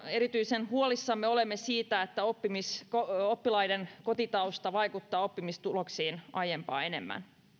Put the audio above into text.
erityisen huolissamme olemme siitä että oppilaiden kotitausta vaikuttaa oppimistuloksiin aiempaa enemmän